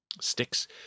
sticks